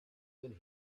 been